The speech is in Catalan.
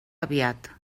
aviat